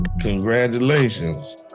Congratulations